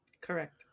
correct